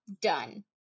done